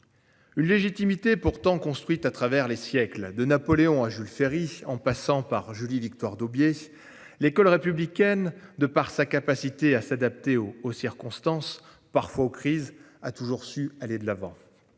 Une légitimité, pourtant construite à travers les siècles de Napoléon à Jules Ferry en passant par Julie victoire Daubié l'école républicaine, de par sa capacité à s'adapter au aux circonstances parfois aux crises a toujours su aller de l'avant.